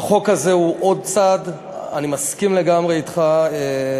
זה מזכיר לי משפחה שחיה על חשבון השוק האפור,